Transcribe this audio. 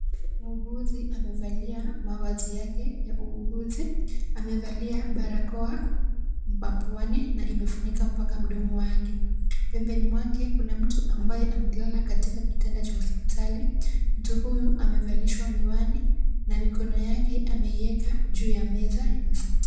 Muuguzi amevalia mavazi yake ya uuguzi. Amevalia barakoa mapuani na imefunika mpaka mdomo wake. Pembeni mwake kuna mtu mbaye amelala katika kitanda cha hospitali. Mtu huyu amevalishwa miwani na mikono yake ameiweka juu ya meza ya hospitali.